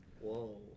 Whoa